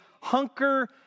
hunker